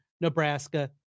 Nebraska